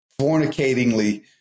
fornicatingly